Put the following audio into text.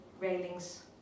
railings